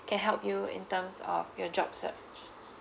can help you in terms of your job search